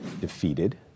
defeated